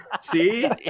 see